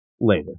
Later